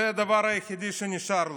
זה הדבר היחידי שנשאר לו.